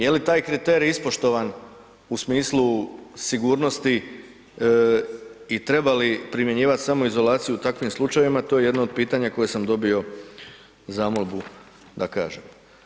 Je li taj kriterij ispoštovan u smislu sigurnosti i treba li primjenjivati samoizolaciju u takvim slučajevima to je jedno od pitanja koja sam dobio zamolbu da kažem.